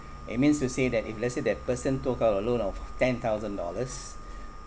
it means to say that if let's say that person took out a loan of ten thousand dollars